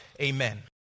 Amen